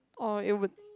oh it would